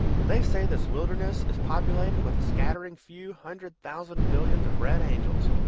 they say this wilderness is populated with a scattering few hundred thousand billions of red angels,